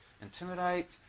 intimidate